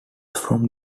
from